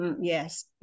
Yes